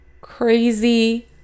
crazy